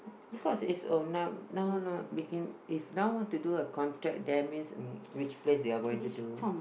as long as it is a now now now begin it's now want to do a contract that means which place you are going to do